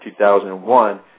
2001